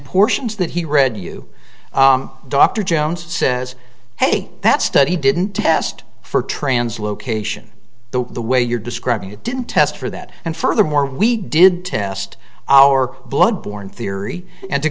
portions that he read you dr jones says hey that study didn't test for trans location the way you're describing it didn't test for that and furthermore we did test our blood borne theory and to